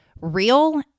real